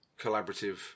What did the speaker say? collaborative